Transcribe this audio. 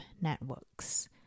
networks